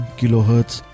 kilohertz